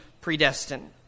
predestined